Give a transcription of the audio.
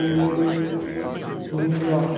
Paris New York